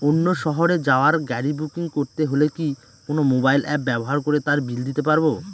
অন্য শহরে যাওয়ার গাড়ী বুকিং করতে হলে কি কোনো মোবাইল অ্যাপ ব্যবহার করে তার বিল দিতে পারব?